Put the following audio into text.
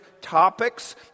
topics